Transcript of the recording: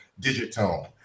Digitone